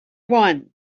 one